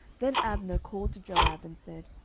then abner called to joab, and said,